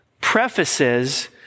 prefaces